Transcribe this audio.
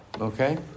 okay